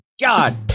god